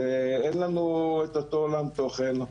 אין לנו את אותו עולם תוכן,